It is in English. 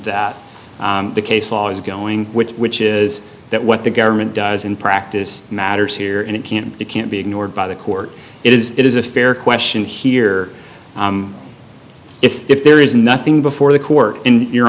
that the case law is going which which is that what the government does in practice matters here and it can't it can't be ignored by the court it is it is a fair question here if if there is nothing before the court in your